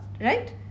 Right